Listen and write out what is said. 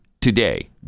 today